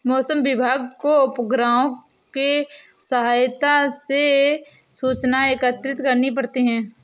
मौसम विभाग को उपग्रहों के सहायता से सूचनाएं एकत्रित करनी पड़ती है